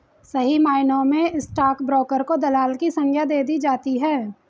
सही मायनों में स्टाक ब्रोकर को दलाल की संग्या दे दी जाती है